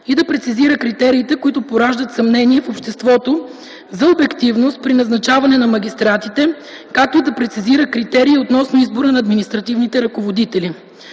и да прецизира критериите, които пораждат съмнения в обществото за обективност при назначаването на магистратите, както и да прецизира критериите относно избора на административни ръководители.